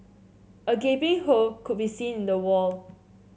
a gaping hole could be seen in the wall